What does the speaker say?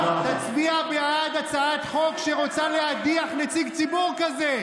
תצביע בעד הצעת חוק שרוצה להדיח נציג ציבור כזה.